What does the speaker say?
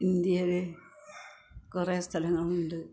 ഇന്ത്യയിൽ കുറേ സ്ഥലങ്ങളുണ്ട്